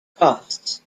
costs